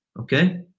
okay